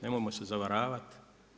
Nemojmo se zavaravati.